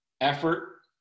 Effort